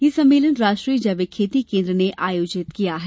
यह सम्मेलन राष्ट्रीय जैविक खेती केन्द्र ने आयोजित किया है